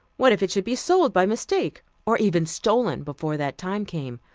what if it should be sold by mistake, or even stolen before that time came?